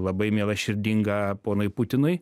labai miela širdinga ponui putinui